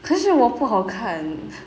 可是我不好看